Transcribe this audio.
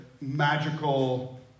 magical